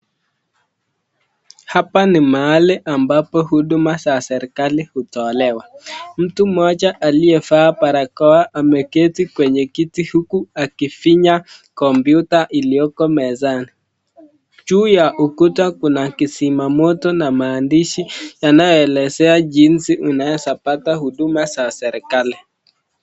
Hapa ni mahali ambapo huduma za serikali hutolewa, mtu mmoja aliyevaa barakoa ameketi kwenye kiti huku akifinya kompyuta iliyoko mezani, juu ya ukuta kuna kizima moto na maandishi yanayoelezea jinsi unavyopata huduma za serikali .